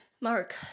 Mark